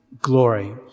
glory